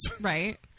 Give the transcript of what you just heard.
Right